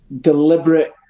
deliberate